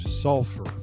sulfur